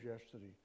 yesterday